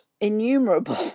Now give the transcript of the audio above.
innumerable